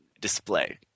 display